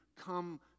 come